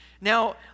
Now